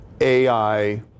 AI